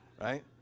right